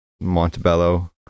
Montebello